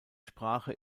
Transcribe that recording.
sprache